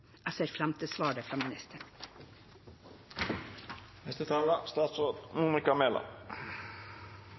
Jeg ser fram til svaret fra